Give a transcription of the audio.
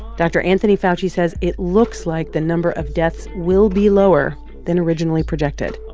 dr. anthony fauci says it looks like the number of deaths will be lower than originally projected.